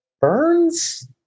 Burns